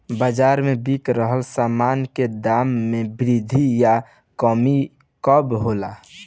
बाज़ार में बिक रहल सामान के दाम में वृद्धि या कमी कब होला?